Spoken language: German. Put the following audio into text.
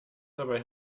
dabei